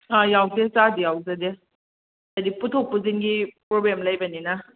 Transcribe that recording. ꯌꯥꯎꯗꯦ ꯆꯥꯗꯤ ꯌꯥꯎꯖꯗꯦ ꯍꯥꯏꯗꯤ ꯄꯨꯊꯣꯛ ꯄꯨꯁꯤꯟꯒꯤ ꯄ꯭ꯔꯣꯕ꯭ꯂꯦꯝ ꯂꯩꯕꯅꯤꯅ